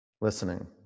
listening